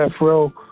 row